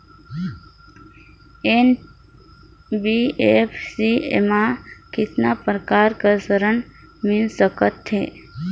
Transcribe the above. NBFC मा कतना प्रकार कर ऋण मिल सकथे?